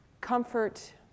Comfort